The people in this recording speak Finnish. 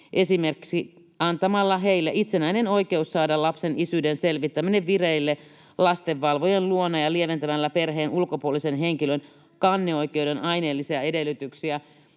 esimerkiksi antamalla heille itsenäinen oikeus saada lapsen isyyden selvittäminen vireille lastenvalvojan luona ja lieventämällä perheen ulkopuolisen henkilön kanneoikeuden aineellisia edellytyksiä.”